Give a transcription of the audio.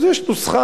אז יש נוסחה.